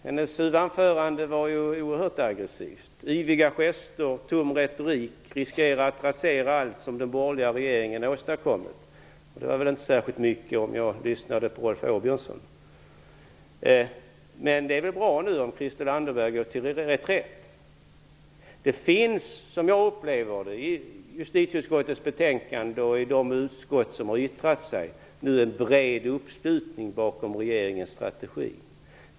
Hennes huvudanförande var oerhört aggressivt, med yviga gester och tung retorik. Hon sade att man nu riskerar att rasera allt som den borgerliga regeringen åstadkommit. Det var väl inte särskilt mycket, om jag lyssnade på Rolf Åbjörnsson. Det är bra om Christel Anderberg nu går till reträtt. I justitieutskottets betänkande och i yttrandena från de andra utskotten finns en bred uppslutning bakom regeringens strategi.